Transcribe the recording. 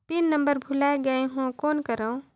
Pin number भुला गयें हो कौन करव?